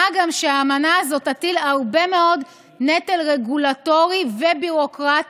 מה גם שהאמנה הזאת תטיל הרבה מאוד נטל רגולטורי וביורוקרטי